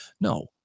No